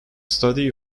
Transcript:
study